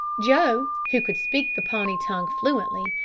joe, who could speak the pawnee tongue fluently,